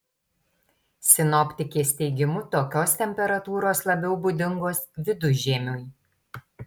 sinoptikės teigimu tokios temperatūros labiau būdingos vidužiemiui